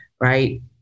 right